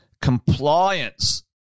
compliance